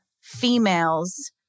females